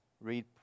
read